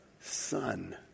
son